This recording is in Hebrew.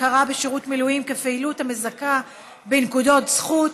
הכרה בשירות מילואים כפעילות המזכה בנקודות זכות),